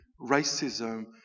racism